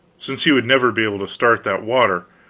since he would never be able to start that water,